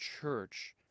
Church